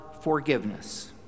forgiveness